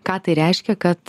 ką tai reiškia kad